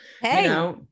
Hey